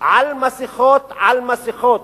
על מסכות על מסכות,